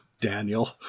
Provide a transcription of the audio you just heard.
Daniel